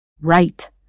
Right